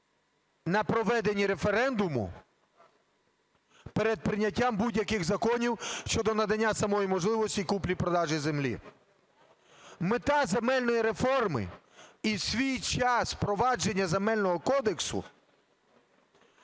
на проведенні референдуму перед прийняття будь-яких законів щодо надання самої можливості купівлі-продажу землі. Метою земельної реформи і в свій час впровадження Земельного кодексу